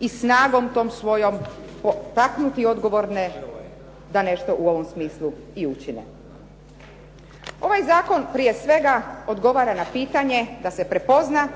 i snagom tom svojom potaknuti odgovorne da nešto u ovom smislu i učine. Ovaj zakon prije svega odgovara na pitanje da se prepozna